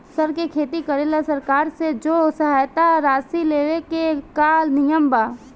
सर के खेती करेला सरकार से जो सहायता राशि लेवे के का नियम बा?